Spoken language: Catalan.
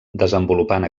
desenvolupant